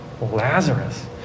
Lazarus